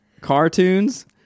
Cartoons